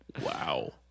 Wow